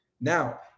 Now